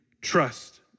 trust